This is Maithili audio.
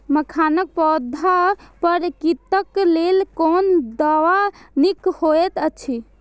मखानक पौधा पर कीटक लेल कोन दवा निक होयत अछि?